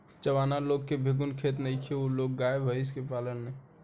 जावना लोग के भिजुन खेत नइखे उ लोग गाय, भइस के पालेलन